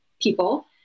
people